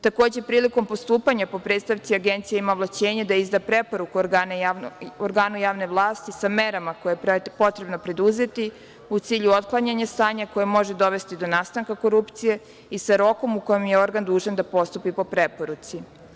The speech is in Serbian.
Takođe, prilikom postupanja po predstavci, Agencija ima ovlašćenje da izda preporuku organu javne vlasti, sa merama koje je potrebno preduzeti, u cilju otklanjanja stanja koje može dovesti do nastanka korupcije i sa rokom u kojem je organ dužan da postupi po preporuci.